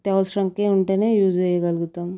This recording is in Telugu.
అత్యవసరంకి ఉంటేనే యూజ్ చేయగలుగుతాము